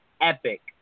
epic